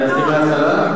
שאני אתחיל מההתחלה?